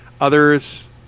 Others